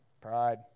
Pride